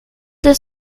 deux